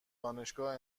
دانشگاه